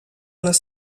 les